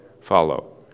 follow